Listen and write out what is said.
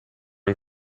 are